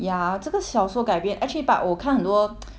ya 这个小说改编 actually but 我看很多